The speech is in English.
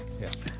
Yes